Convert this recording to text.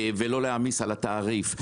וללא להעמיס על התעריף.